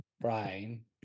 Brian